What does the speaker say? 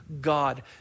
God